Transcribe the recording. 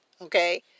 Okay